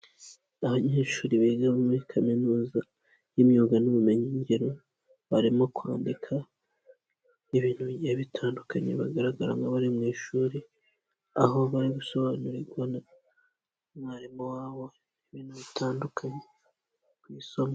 Abanyeshuri biga muri Kaminuza y'imyuga n'ubumenyingiro, barimo kwandika ibintu bigiye bitandukanye bagaragara nk'abari mu ishuri, aho bari gusobanurirwa na mwarimu wabo ibintu bitandukanye ku isomo.